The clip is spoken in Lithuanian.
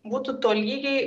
būtų tolygiai